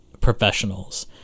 professionals